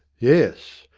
yes,